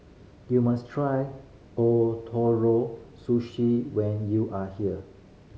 you must try Ootoro Sushi when you are here